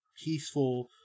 peaceful